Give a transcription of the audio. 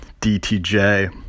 dtj